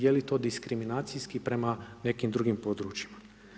Je li to diskriminacijski prema nekim drugim područjima?